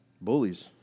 Bullies